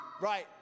Right